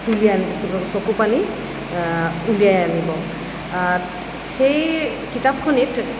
তুলি আনি চকুপানী উলিয়াই আনিব সেই কিতাপখনিত